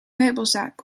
meubelzaak